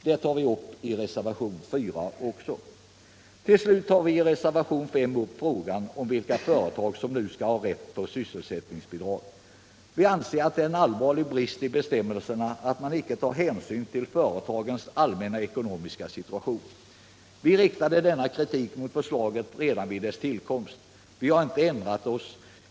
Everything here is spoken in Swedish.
Det tar vi upp i reservation 4. Till slut tar vi i reservation 5 upp frågan om vilka företag som skall ha rätt att få sysselsättningsbidrag. Vi anser att det är en allvarlig brist i bestämmelserna att man inte tar hänsyn till företagets allmänna ekonomiska situation. Vi riktade denna kritik mot förslaget redan vid dess tillkomst, och vi har inte ändrat oss.